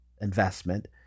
investment